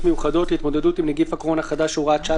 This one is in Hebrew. מיוחדות להתמודדות עם נגיף הקורונה החדש (הוראת שעה),